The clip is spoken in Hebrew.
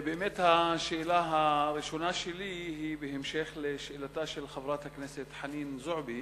השאלה הראשונה שלי היא בהמשך לשאלתה של חברת הכנסת חנין זועבי